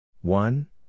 one